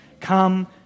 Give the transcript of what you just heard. come